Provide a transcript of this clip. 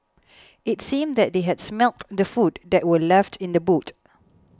it seemed that they had smelt the food that were left in the boot